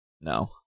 No